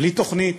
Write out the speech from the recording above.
בלי תוכנית,